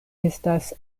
estas